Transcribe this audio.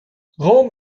rom